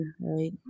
right